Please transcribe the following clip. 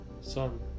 son